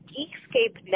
Geekscape